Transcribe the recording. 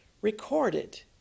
recorded